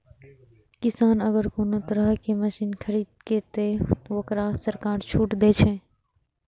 किसान अगर कोनो तरह के मशीन खरीद ते तय वोकरा सरकार छूट दे छे?